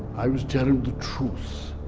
i was telling the truth.